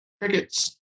crickets